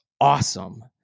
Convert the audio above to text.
awesome